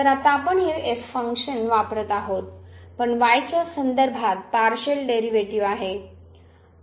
तर आता आपण हे फंक्शन वापरत आहोत पण y च्या संदर्भात पार्शिअल डेरिव्हेटिव्ह आहोत